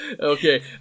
Okay